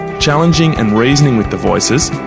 challenging and reasoning with the voices,